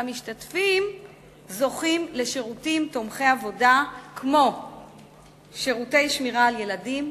והמשתתפים זוכים לשירותים תומכי עבודה כמו שירותי שמירה על ילדים,